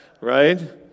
right